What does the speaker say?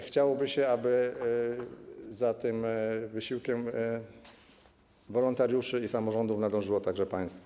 Chciałoby się, aby za wysiłkiem wolontariuszy i samorządów nadążyło także państwo.